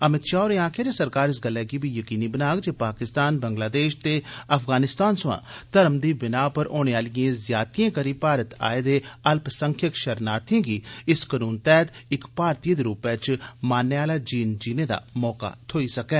अमित षाह होरें आक्खेआ जे सरकार इस गल्लै गी बी जकीनी बनाग जे पाकिस्तान बंग्लादेष ते अफगानिस्तान थमां धर्म दी बिनाह पर होने आलिएं ज्यादतिएं करी भारत आए दे अल्पसंख्यक षरणार्थिएं गी इस कनून तैह्त इक भारतीय दे रूपै च मान्नै आला जीन जीने दा मौका थ्होई सकै